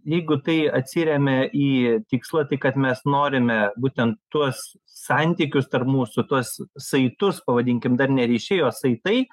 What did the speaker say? jeigu tai atsiremia į tikslą tai kad mes norime būtent tuos santykius tarp mūsų tuos saitus pavadinkim dar ne ryšiai o saitai